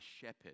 shepherd